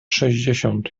sześćdziesiąt